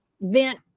vent